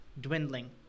dwindling